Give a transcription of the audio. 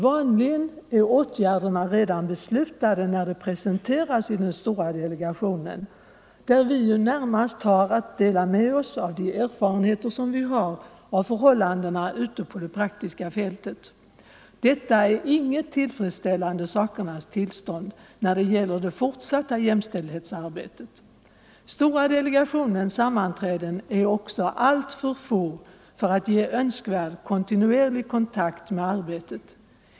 Vanligen är åtgärderna redan beslutade när de presenteras i stora delegationen, där vi närmast har att dela med oss av de erfarenheter vi har av förhållandena ute på det praktiska fältet. Detta är inget tillfredsställande sakernas tillstånd när det gäller det fortsatta jämställdhetsarbetet. Stora delegationens sammanträden är också alltför få för att ge önskvärd kontinuerlig kontakt med arbetet.